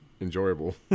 enjoyable